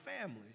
family